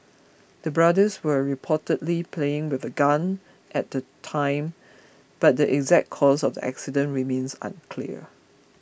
the brothers were reportedly playing with a gun at the time but the exact cause of the accident remains unclear